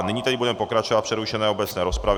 Nyní tedy budeme pokračovat v přerušené obecné rozpravě.